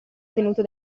tenuto